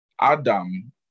Adam